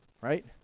right